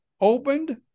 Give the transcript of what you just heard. opened